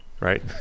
Right